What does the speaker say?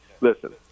listen